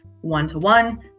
one-to-one